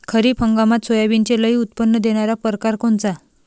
खरीप हंगामात सोयाबीनचे लई उत्पन्न देणारा परकार कोनचा?